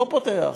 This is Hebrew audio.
לא פותח,